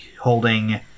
holding